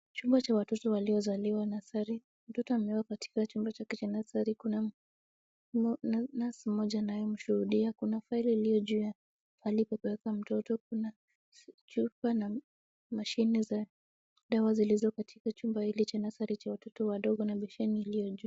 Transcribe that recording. Chumba cha watoto waliozaliwa nursery , mtoto amewekwa katika chumba chake cha nursery . Kuna nesi mmoja anayemshuhudia, kuna file iliyojuu ya alipopaweka mtoto, kuna chupa na mashine za dawa zilizo katika chumba hiki cha nursery cha watoto wadogo na besheni iliyo juu.